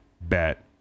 bet